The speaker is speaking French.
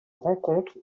rencontre